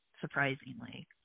surprisingly